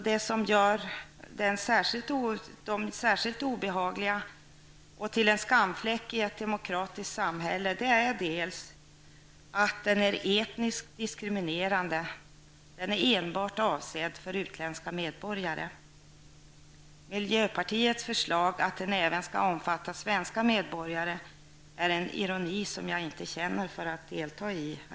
Det som gör lagen särskilt obehaglig och till en skamfläck i ett demokratiskt rättssamhälle är först och främst att den är etniskt diskriminerande. Den är enbart avsedd för utländska medborgare. Miljöpartiets förslag att den även skall omfatta svenska medborgare är en ironi som jag inte känner för att delta i.